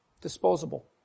disposable